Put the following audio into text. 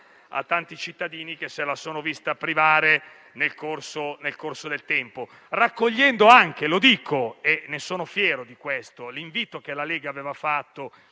a tanti cittadini, che se la sono vista togliere nel corso del tempo, raccogliendo anche - lo dico e ne sono fiero - l'invito che aveva fatto